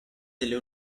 delle